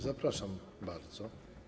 Zapraszam bardzo.